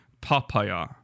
papaya